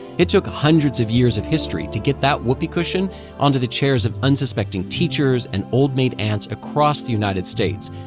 it took hundreds of years of history to get that whoopee cushion onto the chairs of unsuspecting teachers and old maid aunts across the united states.